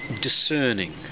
discerning